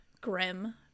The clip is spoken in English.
grim